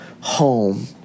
home